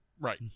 Right